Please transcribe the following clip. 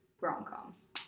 rom-coms